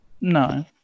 No